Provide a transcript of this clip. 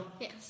Yes